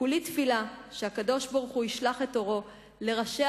כולי תפילה שהקדוש-ברוך-הוא ישלח את אורו לראשיה,